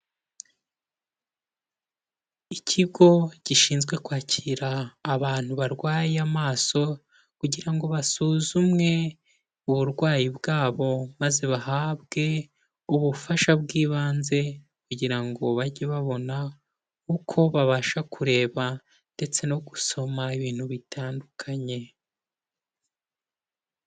Ikigo gishinzwe kwakira abantu barwaye amaso kugira ngo basuzumwe uburwayi bwabo, maze bahabwe ubufasha bw'ibanze kugira ngo bajye babona uko babasha kureba ndetse no gusoma ibintu bitandukanye.